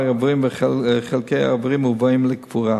הרקמה, האיברים וחלקי האיברים מובאים לקבורה.